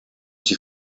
die